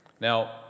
Now